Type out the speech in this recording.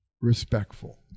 respectful